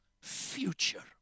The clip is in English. future